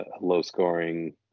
low-scoring